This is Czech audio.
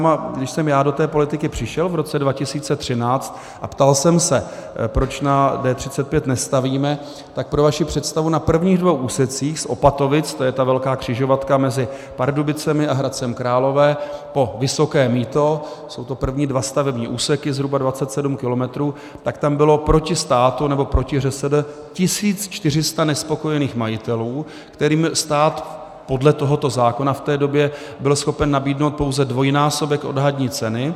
Když jsem já do té politiky přišel v roce 2013 a ptal jsem se, proč na D35 nestavíme, tak pro vaši představu, na prvních dvou úsecích z Opatovic to je ta velká křižovatka mezi Pardubicemi a Hradcem Králové po Vysoké Mýto, jsou to dva stavební úseky, zhruba 27 kilometrů, tak tam bylo proti státu, nebo proti ŘSD, 1 400 nespokojených majitelů, kterým stát podle tohoto zákona v té době byl schopen nabídnout pouze dvojnásobek odhadní ceny.